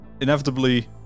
inevitably